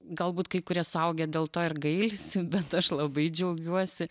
galbūt kai kurie suaugę dėl to ir gailisi bet aš labai džiaugiuosi